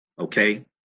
okay